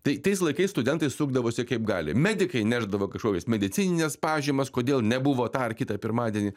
tai tais laikais studentai sukdavosi kaip gali medikai nešdavo kažkokius medicinines pažymas kodėl nebuvo tą ar kitą pirmadienį